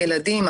ילדים,